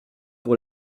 pour